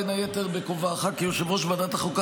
בין היתר בכובעך כיושב-ראש ועדת החוקה,